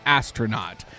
astronaut